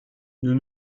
nous